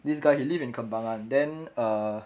this guy he live in kembangan then